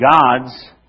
God's